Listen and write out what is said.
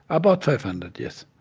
about five hundred, yes.